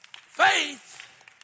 faith